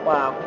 Wow